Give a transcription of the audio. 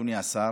אדוני השר,